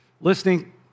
listening